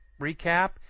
recap